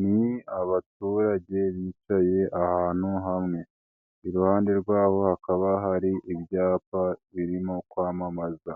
Ni abaturage bicaye ahantu hamwe iruhande rwabo hakaba hari ibyapa birimo kwamamaza,